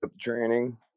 training